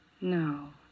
No